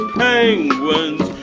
penguins